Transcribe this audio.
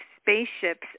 spaceships